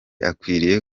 akwiriye